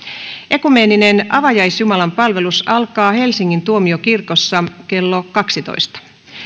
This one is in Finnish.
ekumeeninen avajaisjumalanpalvelus alkaa helsingin tuomiokirkossa kello kaksitoista